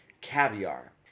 caviar